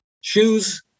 shoes